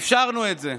אפשרנו את זה.